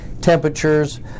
temperatures